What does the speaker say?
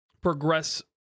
progress